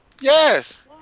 Yes